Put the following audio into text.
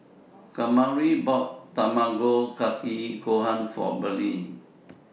Kamari bought Tamago Kake Gohan For Bernie